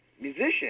musician